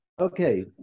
Okay